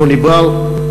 מוני בר,